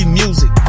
music